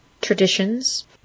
Traditions